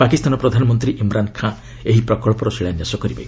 ପାକିସ୍ତାନ ପ୍ରଧାନମନ୍ତ୍ରୀ ଇମ୍ରାନ୍ ଖାଁ ଏଂହି ପ୍ରକଳ୍ପର ଶିଳାନ୍ୟାସ କରିବେ